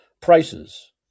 prices